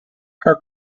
her